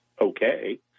okay